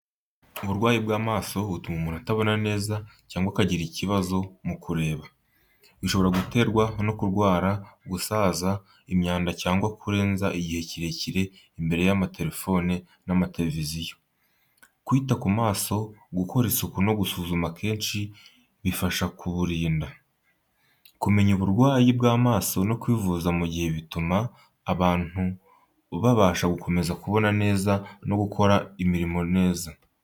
Uburwayi bw’amaso butuma umuntu atabona neza cyangwa akagira ikibazo mu kureba. Bishobora guterwa no kurwara, gusaza, imyanda, cyangwa kurenza igihe kirekire imbere y’amaterefone n’amatereviziyo. Kwita ku maso, gukora isuku no gusuzumwa kenshi bifasha kuburinda. Kumenya uburwayi bw’amaso no kwivuza ku gihe bituma abantu babasha gukomeza kubona neza no gukora imirimo yabo neza.